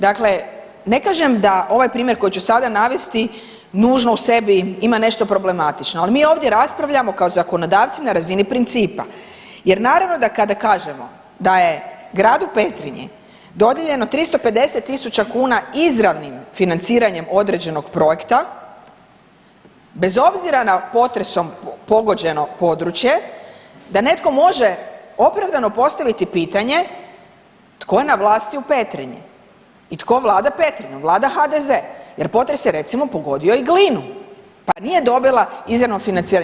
Dakle, ne kažem da ovaj primjer koji ću sada navesti nužno u sebi ima nešto problematično, ali mi ovdje raspravljamo kao zakonodavci na razini principa jer naravno da kada kažemo da je gradu Petrinji dodijeljeno 350.000 kuna izravnim financiranjem određenog projekta bez obzira na potresom pogođeno područje da netko može opravdano postaviti pitanje tko je na vlasti u Petrinji i tko vlada Petrinjom, vlada HDZ jer potres je recimo pogodio i Glinu pa nije dobila izravno financiranje.